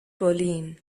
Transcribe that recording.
boleyn